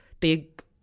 take